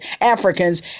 Africans